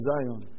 Zion